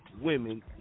women